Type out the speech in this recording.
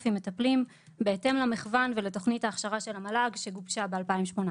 מטפלים בהתאם למכוון ולתוכנית ההכשרה של המל"ג שגובשה ב-2018.